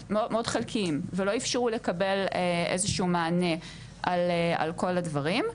חלקיים ולא אפשרו לקבל איזשהו מענה על כל הדברים.